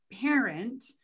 parent